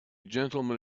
gentleman